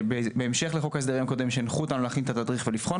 ובהמשך לחוק ההסדרים הקודם שהנחו אותנו להכין את התדריך ולבחון